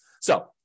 So-